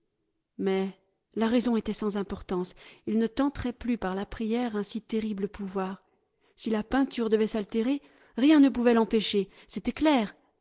mais la raison était sans importance il ne tenterait plus par la prière un si terrible pouvoir si la peinture devait s'altérer rien ne pouvait l'empêcher c'était clair